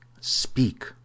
speak